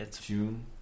June